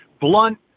blunt